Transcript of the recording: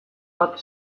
bat